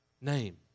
name